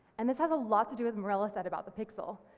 and this has a lot to do with mirella said about the pixel.